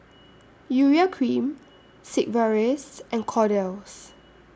Urea Cream Sigvaris and Kordel's